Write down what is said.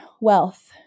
wealth